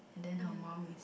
then her mum is